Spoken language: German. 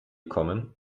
kommen